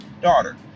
daughter